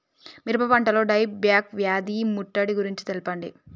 మిరప పంటలో die back వ్యాధి ముట్టడి గురించి తెల్పండి?